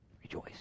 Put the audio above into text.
Rejoice